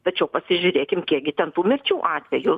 tačiau pasižiūrėkim kiek gi ten tų mirčių atvejų